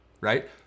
right